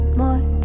more